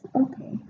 okay